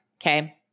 Okay